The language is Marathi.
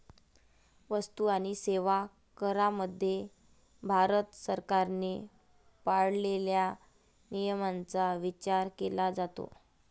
वस्तू आणि सेवा करामध्ये भारत सरकारने पाळलेल्या नियमांचा विचार केला जातो